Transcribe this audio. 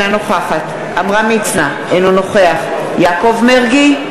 אינה נוכחת עמרם מצנע, אינו נוכח יעקב מרגי,